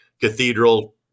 Cathedral